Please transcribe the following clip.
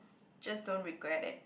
just don't regret it